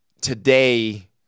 today